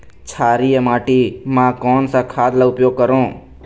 क्षारीय माटी मा कोन सा खाद का उपयोग करों?